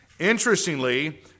Interestingly